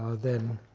ah then